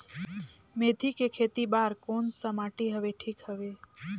मेथी के खेती बार कोन सा माटी हवे ठीक हवे?